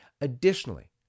Additionally